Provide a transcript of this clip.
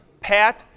Pat